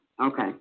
okay